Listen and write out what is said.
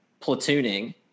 platooning